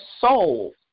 soul